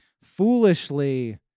foolishly